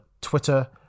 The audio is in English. twitter